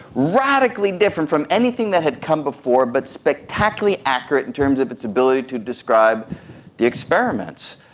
radically different from anything that had come before but spectacularly accurate in terms of its ability to describe the experiments.